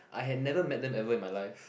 I had never met them ever in my life